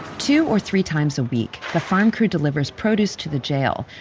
two or three times a week, the farm crew delivers produce to the jail,